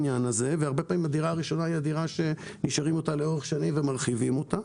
והרבה פעמים הדירה הראשונה נשארים איתה לאורך שנים ומרחיבים אותה.